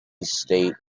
state